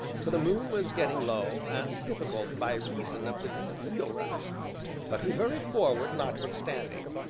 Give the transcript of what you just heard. for the moon was getting low, and difficult by reason of the deep wheel-ruts but we hurried forward notwithstanding,